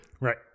Right